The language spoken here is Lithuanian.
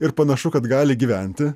ir panašu kad gali gyventi